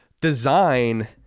design